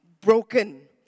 broken